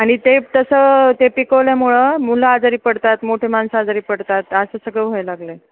आणि ते तसं ते पिकवल्यामुळं मुलं आजारी पडतात मोठे माणसं आजारी पडतात असं सगळं व्हाय लागलं आहे